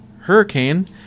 Hurricane